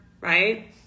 right